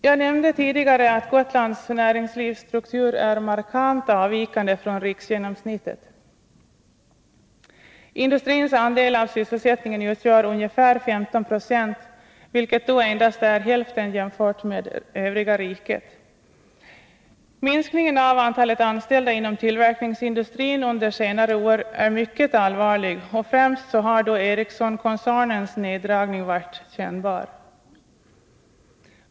Jag nämnde tidigare att Gotlands näringslivsstruktur är markant avvikande från riksgenomsnittet. Industrins andel av sysselsättningen utgör ungefär 15 90, vilket endast är hälften jämfört med övriga riket. Minskningen av antalet anställda inom tillverkningsindustrin under senare år är mycket allvarlig, och främst har Ericssonkoncernens neddragning varit kännbar.